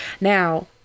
Now